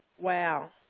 wow.